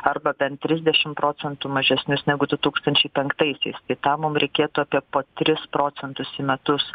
arba bent trisdešim procentų mažesnius negu du tūkstančiai penktaisiais tai tam mum reikėtų apie po tris procentus į metus